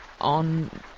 on